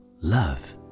love